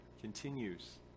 continues